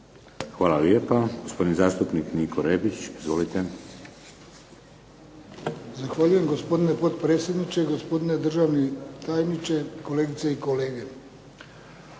Hvala lijepa. Gospodin zastupnik Niko Rebić. Izvolite. **Rebić, Niko (HDZ)** Zahvaljujem gospodine potpredsjedniče, gospodine državni tajniče, kolegice i kolege.